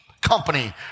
company